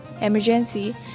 Emergency